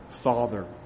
Father